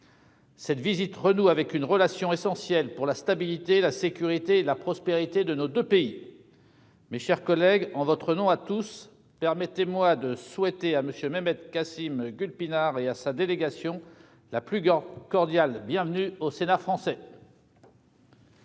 Cette visite renoue avec une relation essentielle pour la stabilité, la sécurité et la prospérité de nos deux pays. Mes chers collègues, en votre nom à tous, permettez-moi de souhaiter à M. Mehmet Kasım Gülpinar et à sa délégation la plus cordiale bienvenue au Sénat français.